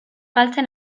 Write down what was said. galtzen